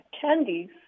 candies